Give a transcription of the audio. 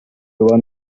won